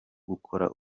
gukora